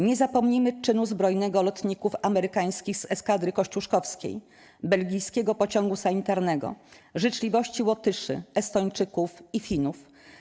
Nie zapomnimy czynu zbrojnego lotników amerykańskich z Eskadry Kościuszkowskiej, belgijskiego pociągu sanitarnego, życzliwości Łotyszy, Estończyków i Finów.